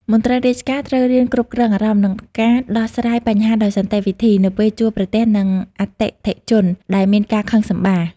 មន្ត្រីរាជការត្រូវរៀនគ្រប់គ្រងអារម្មណ៍ និងការដោះស្រាយបញ្ហាដោយសន្តិវិធី នៅពេលជួបប្រទះនឹងអតិថិជនដែលមានការខឹងសម្បារ។